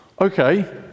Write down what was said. Okay